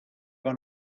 con